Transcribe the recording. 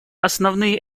основные